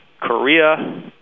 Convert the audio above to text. Korea